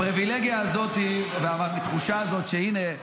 הפריבילגיה הזאת והתחושה הזאת שהינה,